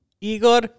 Igor